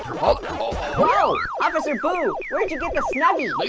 whoa, officer boo, where'd you get the snuggie? leave